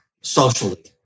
socially